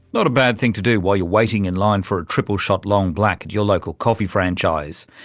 not a bad thing to do while you're waiting in line for a triple-shot long black at your local coffee franchise.